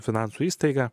finansų įstaiga